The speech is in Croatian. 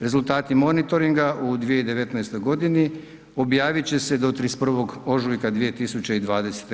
Rezultati monitoringa u 2019. g. objavit će se do 31. ožujka 2020.